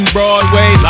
Broadway